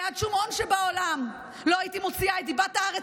בעד שום הון שבעולם לא הייתי מוציאה את דיבת הארץ